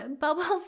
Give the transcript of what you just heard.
bubbles